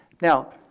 Now